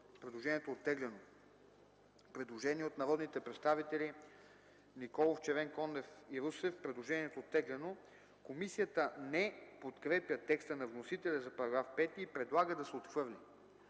Предложението е оттеглено. Предложение от народните представители Николов, Червенкондев и Русев. Предложението е оттеглено. Комисията не подкрепя текста на вносителя за § 5 и предлага да се отхвърли.